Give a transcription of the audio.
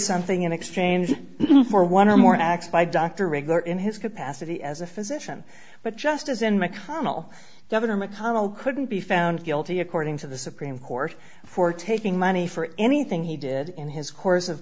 something in exchange for one or more acts by dr regular in his capacity as a physician but just as in mcconnell governor mcconnell couldn't be found guilty according to the supreme court for taking money for anything he did in his course